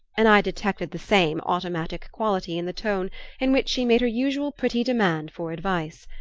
and i detected the same automatic quality in the tone in which she made her usual pretty demand for advice.